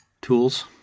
tools